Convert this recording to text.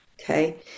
Okay